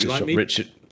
Richard